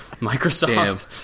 Microsoft